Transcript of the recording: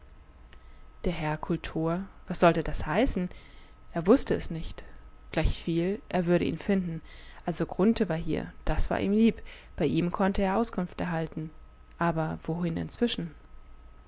der herr kultor was sollte das heißen er wußte es nicht gleichviel er würde ihn finden also grunthe war hier das war ihm lieb bei ihm konnte er auskunft erhalten aber wohin inzwischen